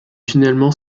finalement